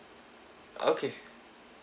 okay